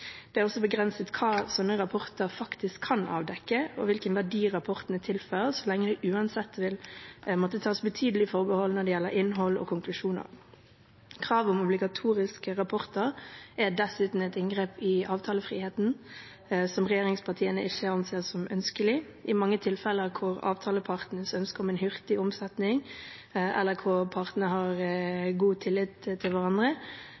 Det er også begrenset hva sånne rapporter faktisk kan avdekke, og hvilken verdi rapportene tilfører så lenge det uansett vil måtte tas betydelige forbehold når det gjelder innhold og konklusjoner. Krav om obligatoriske rapporter er dessuten et inngrep i avtalefriheten, som regjeringspartiene ikke anser ønskelig. I mange tilfeller hvor avtalepartene ønsker en hurtig omsetning, eller hvor partene har tillit til hverandre,